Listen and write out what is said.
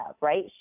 right